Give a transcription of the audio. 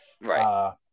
right